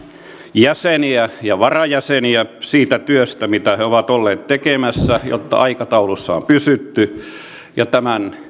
jäseniä ja varajäseniä siitä työstä mitä he ovat olleet tekemässä jotta aikataulussa on pysytty ja tämän